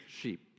sheep